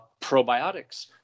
probiotics